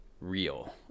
real